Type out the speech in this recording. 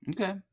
Okay